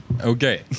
Okay